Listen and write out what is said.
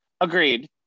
Agreed